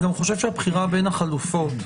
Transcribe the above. אני גם חושב שהבחירה בין החלופות,